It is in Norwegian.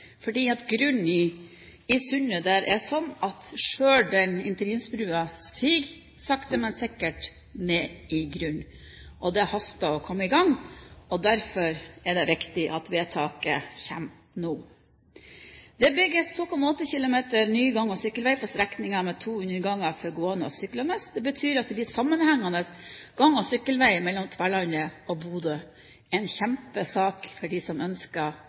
fordi grunnen i sundet der er slik at selve interimsbrua siger sakte, men sikkert ned i grunnen. Det haster å komme i gang. Derfor er det viktig at vedtaket kommer nå. Det bygges 2,8 km ny gang- og sykkelvei på strekningen med to underganger for gående og syklende. Det betyr at det blir sammenhengende gang- og sykkelvei mellom Tverlandet og Bodø – en kjempesak for dem som ønsker seg ut på sykkel for å komme seg på jobb, men også for dem som ønsker